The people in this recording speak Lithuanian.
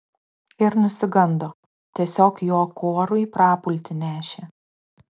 ir nusigando tiesiog jo kuorui prapultį nešė